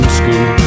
school